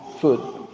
Food